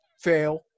fail